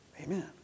Amen